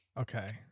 Okay